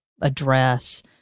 address